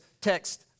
text